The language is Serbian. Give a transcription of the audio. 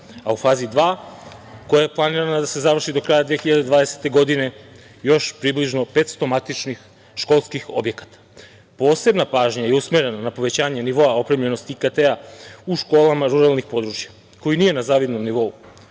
a u fazi dva koja je planirana da se završi do kraja 2020. godine još približno 500 matičnih školskih objekata. Posebna pažnja je usmerena na povećanje nivoa opremljenosti IKT-ea u školama ruralnih područja, koji nije na zavidnom nivou.